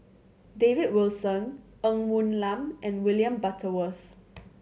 David Wilson Ng Woon Lam and William Butterworth